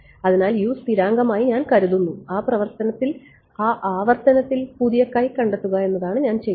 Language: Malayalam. അതിനാൽ സ്ഥിരാങ്കമായി ഞാൻ കരുതുന്നു ആ ആവർത്തനത്തിൽ പുതിയ കണ്ടെത്തുക എന്നതാണ് ഞാൻ ചെയ്യുന്നത്